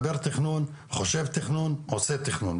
והוא מדבר תכנון, חושב תכנון ועושה תכנון.